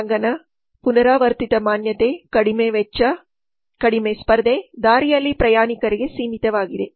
ಹೊರಾಂಗಣ ಪುನರಾವರ್ತಿತ ಮಾನ್ಯತೆ ಕಡಿಮೆ ವೆಚ್ಚ ಕಡಿಮೆ ಸ್ಪರ್ಧೆ ದಾರಿಯಲ್ಲಿ ಪ್ರಯಾಣಿಕರಿಗೆ ಸೀಮಿತವಾಗಿದೆ